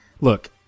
look